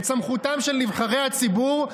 את סמכותם של נבחרי הציבור,